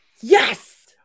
Yes